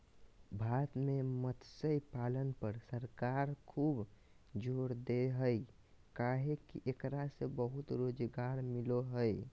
भारत में मत्स्य पालन पर सरकार खूब जोर दे हई काहे कि एकरा से बहुत रोज़गार मिलो हई